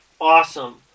awesome